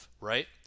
right